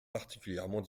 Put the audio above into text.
particulièrement